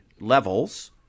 levels